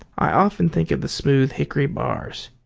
i often think of the smooth hickory bars.